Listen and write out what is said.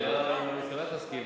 השאלה אם הממשלה תסכים.